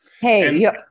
Hey